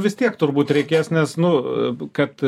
vis tiek turbūt reikės nes nu kad